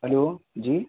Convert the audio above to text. hello جی